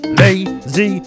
lazy